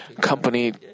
company